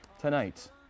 tonight